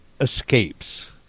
Escapes